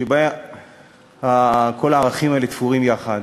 שבה כל הערכים האלה תפורים יחד,